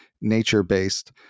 nature-based